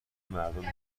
مردم